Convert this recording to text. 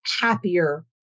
happier